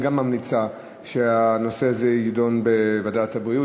גם ממליצה שהנושא הזה יידון בוועדת הבריאות.